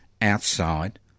outside